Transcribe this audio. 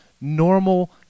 normal